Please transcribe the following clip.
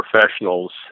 professionals